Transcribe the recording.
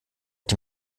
die